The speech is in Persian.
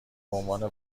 بعنوان